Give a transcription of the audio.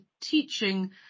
teaching